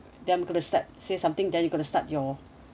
then gonna to start say something then you gonna start your